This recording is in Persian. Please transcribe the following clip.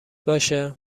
باشه